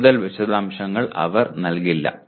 കൂടുതൽ വിശദാംശങ്ങൾ അവർ നൽകില്ല